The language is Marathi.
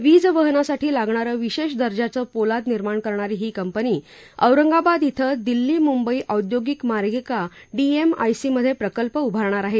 वीज वहनासाठी लागणारं विशेष दर्जाचं पोलाद निर्माण करणारी ही कंपनी औरंगाबाद ॐ दिल्ली मुंबई औद्योगिक मार्गिका डीएमआयसी मध्ये प्रकल्प उभारणार आहे